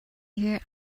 hear